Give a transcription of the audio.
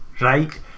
Right